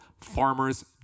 Farmer's